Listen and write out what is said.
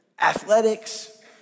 athletics